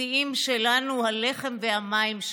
הבסיסיים שלנו, הלחם והמים שלנו.